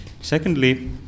Secondly